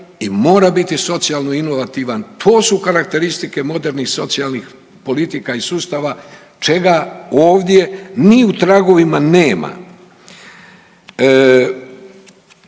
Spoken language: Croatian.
i mora biti socijalno inovativan. To su karakteristike modernih socijalnih politika i sustava čega ovdje ni u tragovima nema.